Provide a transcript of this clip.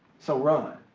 so, run.